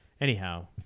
Anyhow